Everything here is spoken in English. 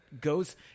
goes